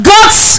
God's